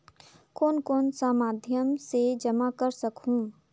कौन कौन सा माध्यम से जमा कर सखहू?